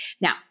Now